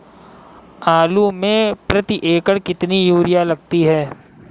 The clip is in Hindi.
आलू में प्रति एकण कितनी यूरिया लगती है?